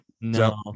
no